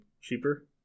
cheaper